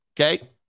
Okay